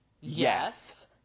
Yes